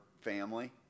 family